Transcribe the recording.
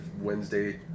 Wednesday